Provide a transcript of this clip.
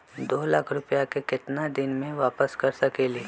दो लाख रुपया के केतना दिन में वापस कर सकेली?